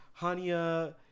hania